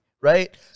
right